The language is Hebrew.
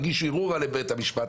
הגישו ערעור לבית המשפט,